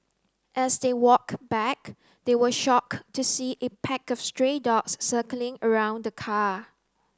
as they walked back they were shocked to see a pack of stray dogs circling around the car